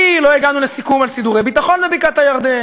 כי לא הגענו לסיכום על סידורי ביטחון בבקעת-הירדן.